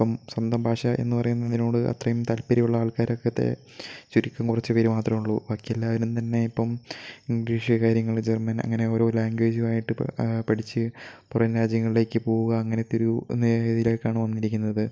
ഇപ്പം സ്വന്തം ഭാഷ എന്ന് പറയുന്നതിനോട് അത്രയും താത്പര്യം ഉള്ള ആൾക്കാരൊക്കെ അത് ശരിക്കും കുറച്ച് പേർ മാത്രമേ ഉള്ളൂ ബാക്കി എല്ലാവരും തന്നെ ഇപ്പം ഇംഗ്ലീഷ് കാര്യങ്ങൾ ജർമ്മൻ അങ്ങനെ ഓരോ ലാംഗ്വേജുമായിട്ട് പ പഠിച്ച് പുറം രാജ്യങ്ങളിലേക്ക് പോകുക അങ്ങനത്തെ ഒരു നേരെ രീതിയിലേക്കാണ് വന്നിരിക്കുന്നത്